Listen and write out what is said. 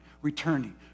returning